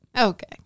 Okay